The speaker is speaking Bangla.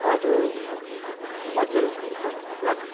আমার একটু লাক্সারি রুম চা লাগবে